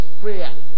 prayer